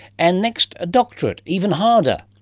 and next a doctorate, even harder.